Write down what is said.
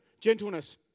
gentleness